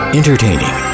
entertaining